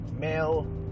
male